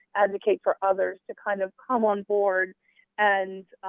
advocate for others to kind of come on board and